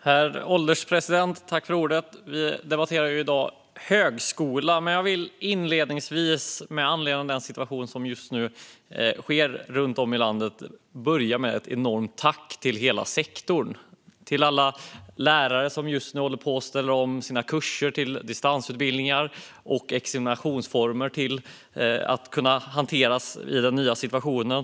Herr ålderspresident! Vi debatterar i dag högskolan, men jag vill med anledning av den situation som just nu råder runt om i landet börja med ett enormt tack till hela sektorn. Jag vill tacka alla lärare som just nu håller på och ställer om sina kurser till distansutbildningar och andra examinationsformer för att kunna hantera den nya situationen.